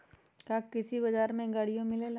का कृषि बजार में गड़ियो मिलेला?